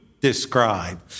describe